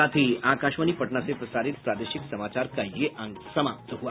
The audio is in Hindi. इसके साथ ही आकाशवाणी पटना से प्रसारित प्रादेशिक समाचार का ये अंक समाप्त हुआ